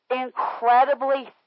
incredibly